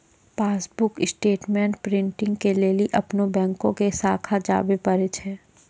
passbook statement printing के लेली अपनो बैंको के शाखा जाबे परै छै